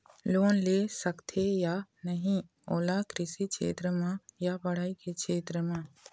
Loan ले सकथे या नहीं ओला कृषि क्षेत्र मा या पढ़ई के क्षेत्र मा?